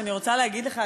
אני רוצה להגיד לך,